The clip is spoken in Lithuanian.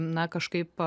na kažkaip